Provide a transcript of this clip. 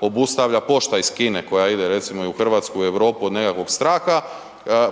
obustavlja pošta iz Kine koja ide recimo i u RH i u Europu od nekakvog straha,